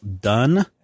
done